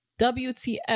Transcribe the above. WTF